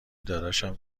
داداشم